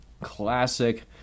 classic